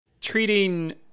treating